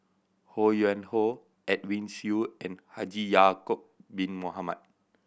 Ho Yuen Hoe Edwin Siew and Haji Ya'acob Bin Mohamed